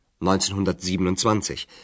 1927